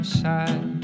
side